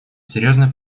серьезная